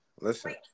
listen